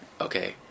okay